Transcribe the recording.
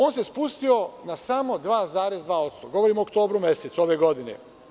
On se spustio na samo 2,2%, govorim o oktobru mesecu ove godine.